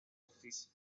físico